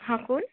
हां कोण